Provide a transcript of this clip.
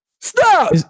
stop